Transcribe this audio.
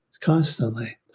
constantly